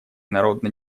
народно